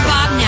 Bob